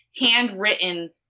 handwritten